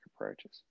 approaches